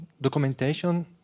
documentation